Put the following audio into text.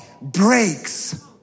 breaks